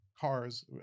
cars